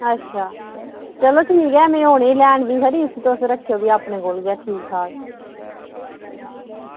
अच्छा चलो ठीक ऐ में औने ई लैने गी फिर ते तुस रक्खेओ भी अपने कोल ठीक ठाक